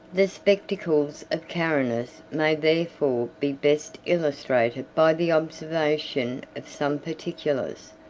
the spectacles of carinus may therefore be best illustrated by the observation of some particulars,